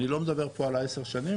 אני לא מדבר פה על ה-10 שנים,